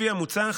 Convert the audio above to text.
לפי המוצע,